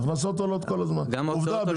עובדה,